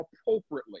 appropriately